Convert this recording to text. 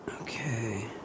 Okay